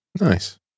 Nice